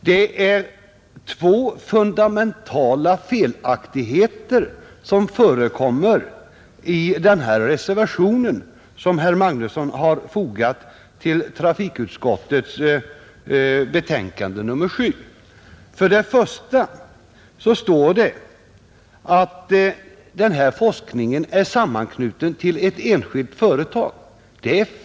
Det är två fundamentala felaktigheter som förekommer i den reservation som herr Magnusson har fogat till trafikutskottets betänkande nr 7, Det första felet är att det står att denna forskning är knuten till ett enskilt företag.